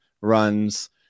runs